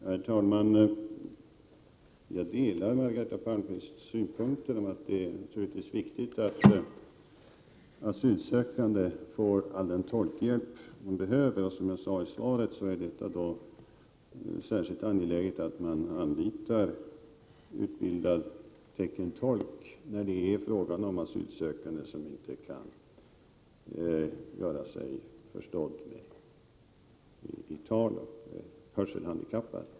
Herr talman! Jag delar Margareta Palmqvists uppfattning om att det är viktigt att asylsökande får all den tolkhjälp de behöver. Som jag sade i svaret är det särskilt angeläget att man anlitar utbildad teckenspråkstolk när det är fråga om asylsökande med taleller hörselhandikapp.